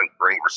great